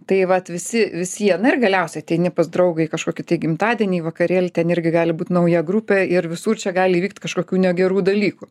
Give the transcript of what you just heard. tai vat visi visi jie na ir galiausiai ateini pas draugą į kažkokį gimtadienį į vakarėlį ten irgi gali būt nauja grupė ir visur čia gali įvykti kažkokių negerų dalykų